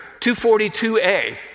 242a